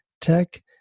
tech